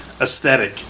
aesthetic